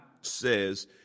says